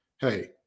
Hey